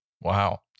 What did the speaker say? Wow